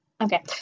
okay